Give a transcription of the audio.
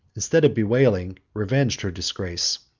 instead of bewailing, revenged her disgrace.